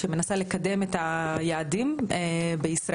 שמנסה לקדם את היעדים בישראל.